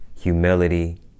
Humility